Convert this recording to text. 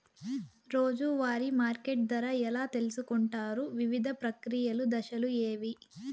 రోజూ వారి మార్కెట్ ధర ఎలా తెలుసుకొంటారు వివిధ ప్రక్రియలు దశలు ఏవి?